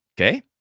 Okay